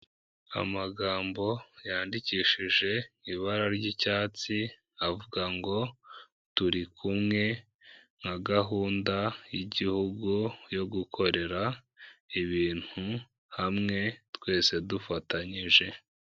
Amagambo yandikishije ibara ry'icyatsi avuga ngo turikumwe nka gahunda y'igihugu yo gukorera ibintu hamwe twese dufatanyije.